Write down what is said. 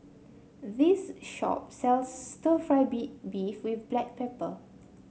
this shop sells stir fry beef with Black Pepper